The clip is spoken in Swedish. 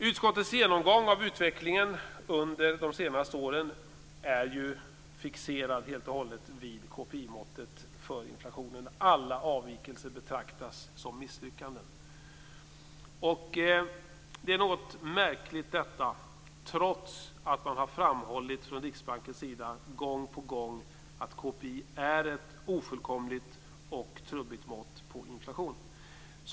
Utskottets genomgång av utvecklingen under de senaste åren är ju helt och hållet fixerad vid KPI måttet för inflationen. Alla avvikelser betraktas som misslyckanden. Det är något märkligt, trots att man från Riksbanken gång på gång har framhållit att KPI är ett ofullkomligt och trubbigt mått på inflationen.